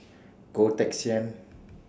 Goh Teck Sian